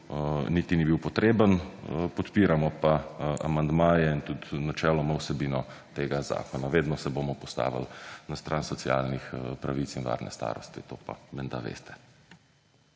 niti ni bil potreben, podpiramo pa amandmaje in tudi načeloma vsebino tega zakona. Vedno se bomo postavili na stran socialnih pravic in varne starosti, to pa menda veste.